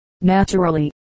Naturally